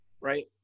right